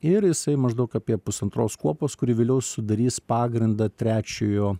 ir jisai maždaug apie pusantros kuopos kuri vėliau sudarys pagrindą trečiojo